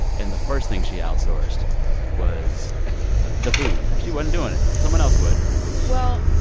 and the first thing she outsourced was the food. she wasn't doing it. someone else would well,